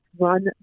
run